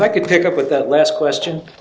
i could pick up with that last question